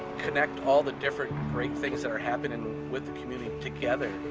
connect all the different great things that are happening with the community together.